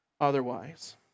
otherwise